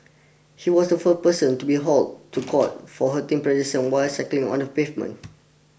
he was the first person to be hauled to court for hurting pedestrian while cycling on the pavement